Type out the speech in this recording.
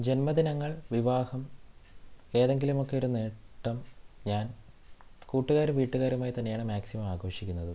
ജന്മദിനങ്ങൾ വിവാഹം ഏതെങ്കിലുമൊക്കെ ഒരു നേട്ടം ഞാൻ കൂട്ടുകാരും വീട്ടുകാരുമായി തന്നെയാണ് മാക്സിമം ആഘോഷിക്കുന്നത്